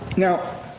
now,